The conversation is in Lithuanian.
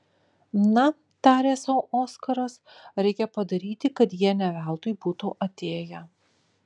na tarė sau oskaras reikia padaryti kad jie ne veltui būtų atėję